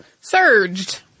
surged